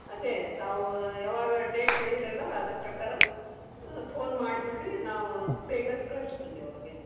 ಅದೇ ತಾವು ಯಾವಾಗ ಡೇಟ್ ಹೇಳಿರೋಲ್ಲ ಅದ್ರ ಪ್ರಕಾರ ಫೋನ್ ಮಾಡಿಬಿಡ್ರಿ ನಾವು ಬೇಗ ಕಳ್ಸಿ ಬಿಡ್ತೀವಿ ಅವರಿಗೆ